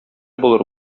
булыр